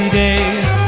days